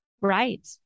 right